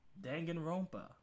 Danganronpa